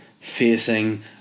facing